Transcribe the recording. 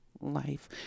life